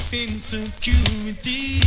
insecurity